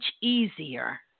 easier